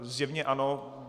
Zjevně ano.